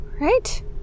right